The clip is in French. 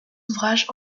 ouvrages